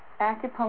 acupuncture